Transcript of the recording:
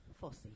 Fosse